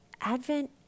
Advent